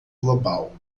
global